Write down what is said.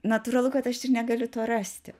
natūralu kad aš ir negaliu to rasti